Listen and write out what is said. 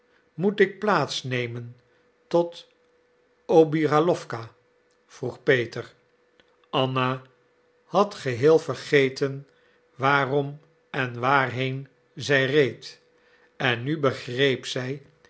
moet ik plaats nemen tot obiralowka vroeg peter anna had geheel vergeten waarom en waarheen zij reed en nu begreep zij